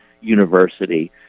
university